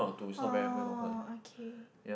oh okay